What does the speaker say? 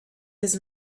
his